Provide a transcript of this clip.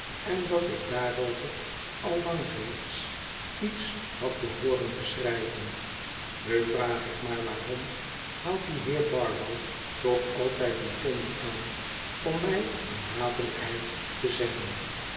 en dat ik daarover al lang reeds iets had behooren te schrijven nu vraag ik maar waarom haalt de heer barlow toch altijd die tommy aan om mij een hatelijkheid te zeggen